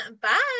Bye